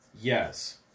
Yes